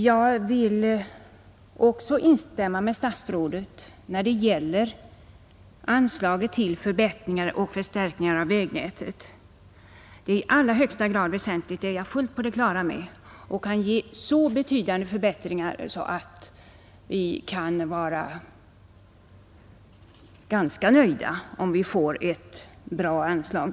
Jag kan instämma i vad statsrådet Norling sade beträffande anslaget till förbättringar och förstärkningar av vägnätet — det är i allra högsta grad väsentligt och kan ge så betydande förbättringar att vi bör vara ganska nöjda om vi får ett bra sådant anslag.